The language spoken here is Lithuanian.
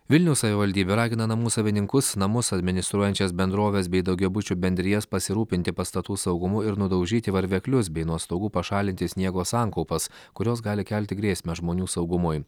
vilniaus savivaldybė ragina namų savininkus namus administruojančias bendroves bei daugiabučių bendrijas pasirūpinti pastatų saugumu ir nudaužyti varveklius bei nuo stogų pašalinti sniego sankaupas kurios gali kelti grėsmę žmonių saugumui